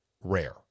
rare